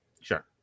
Sure